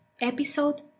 Episode